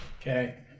Okay